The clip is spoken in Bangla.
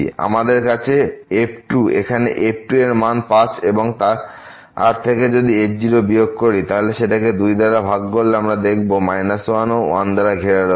আমাদের কাছে আছে f এখানে f এর মান 5 এবং তার থেকে যদি f বিয়োগ করি এবং সেটা কে 2 দ্বারা ভাগ করি তাহলে আমরা দেখব এটি 1 ও 1 দ্বারা ঘেরা রয়েছে